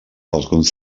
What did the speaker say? alguns